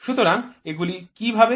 সুতরাং এগুলি কীভাবে